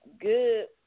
good